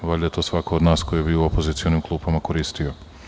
Valjda je to svako od nas ko je bio u opozicionim klupama koristio.